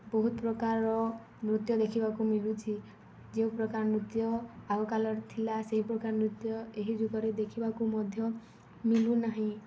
ବହୁତ ପ୍ରକାରର ନୃତ୍ୟ ଦେଖିବାକୁ ମିଳୁଛି ଯେଉଁ ପ୍ରକାର ନୃତ୍ୟ ଆଗ କାଳରେ ଥିଲା ସେହି ପ୍ରକାର ନୃତ୍ୟ ଏହି ଯୁଗରେ ଦେଖିବାକୁ ମଧ୍ୟ ମିଳୁ ନାହିଁ